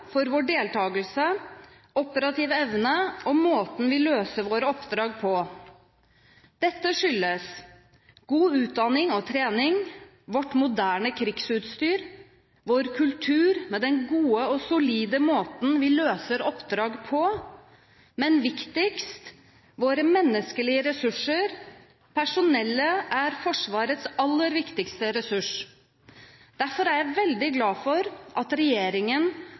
for vår deltakelse, operative evne og måten vi løser våre oppdrag på. Dette skyldes god utdanning og trening, vårt moderne krigsutstyr, vår kultur, med den gode og solide måten vi løser oppdrag på, men viktigst; våre menneskelige ressurser. Personellet er Forsvarets aller viktigste ressurs. Derfor er jeg veldig glad for at regjeringen